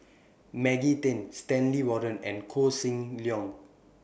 Maggie Teng Stanley Warren and Koh Seng Leong